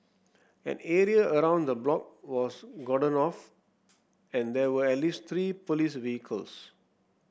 an area around the block was cordoned off and there were at least three police vehicles